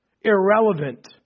irrelevant